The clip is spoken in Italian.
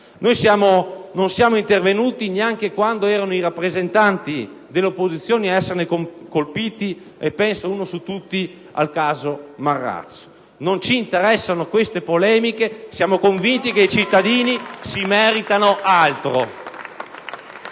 Non siamo intervenuti neanche quando erano i rappresentanti dell'opposizione a esserne colpiti, e penso - uno su tutti - al caso Marrazzo. Non ci interessano queste polemiche, siamo convinti che i cittadini si meritino altro.